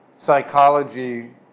psychology